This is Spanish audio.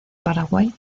paraguay